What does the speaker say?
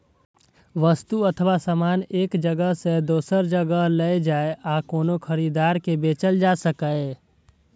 वस्तु अथवा सामान एक जगह सं दोसर जगह लए जाए आ कोनो खरीदार के बेचल जा सकै